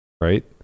right